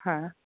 હા